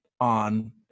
on